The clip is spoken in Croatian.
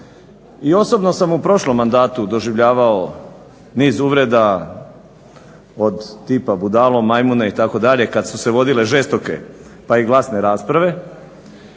I osobno sam u prošlom mandatu doživljavao niz uvreda od tipa budalo, majmune itd. kad su se vodile žestoke, pa i glasne rasprave.